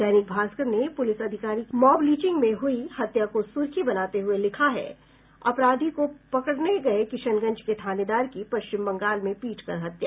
दैनिक भास्कर ने पुलिस अधिकारी की मॉबलिंचिंग में हुई हत्या को सुर्खी बनाते हुये लिखा है अपराधी को पकड़ने गये किशनगंज के थानेदार की पश्चिम बंगाल में पीट कर हत्या